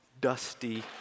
dusty